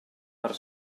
per